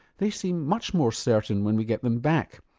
they seem much more certain when we get them back.